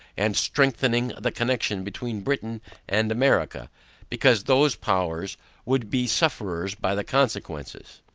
and strengthening the connection between britain and america because, those powers would be sufferers by the consequences.